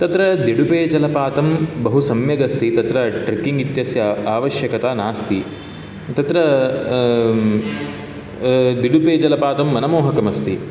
तत्र दिडुपेजलपातं बहु सम्यगस्ति तत्र ट्रकिङ्ग् इत्यस्य आवश्यकता नास्ति तत्र दिडुपेजलपातं मनमोहकमस्ति